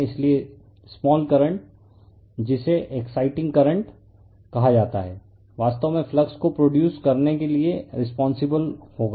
इसलिए small current जिसे exciting current कहा जाता है वास्तव में यह फ्लक्स को प्रोडूस करने के लिए रिस्पोंसिबल होगा